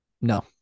No